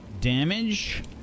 damage